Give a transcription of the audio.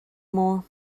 more